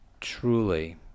Truly